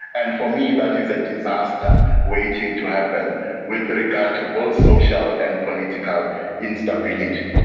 and for me that is a disaster waiting to happen with regard to both social and political instability.